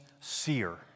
seer